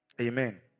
Amen